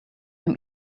him